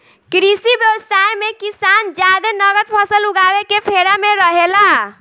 कृषि व्यवसाय मे किसान जादे नगद फसल उगावे के फेरा में रहेला